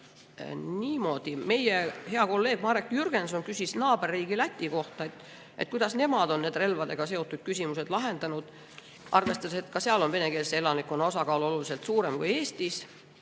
hoida. Meie hea kolleeg Marek Jürgenson küsis naaberriigi Läti kohta, kuidas nemad on need relvadega seotud küsimused lahendanud, arvestades, et seal on venekeelse elanikkonna osakaal oluliselt suurem kui Eestis.